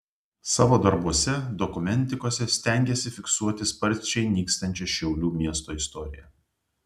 savo darbuose dokumentikose stengiasi fiksuoti sparčiai nykstančią šiaulių miesto istoriją